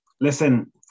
listen